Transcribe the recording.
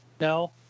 No